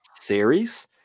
series